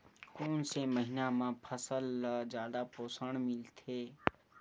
कोन से महीना म फसल ल जादा पोषण मिलथे?